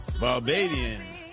Barbadian